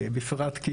בפרט כי